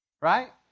right